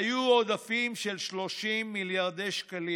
היו עודפים של 30 מיליארדי שקלים